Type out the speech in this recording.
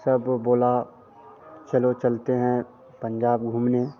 सब बोले चलो चलते हैं पंजाब घूमने